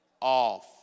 off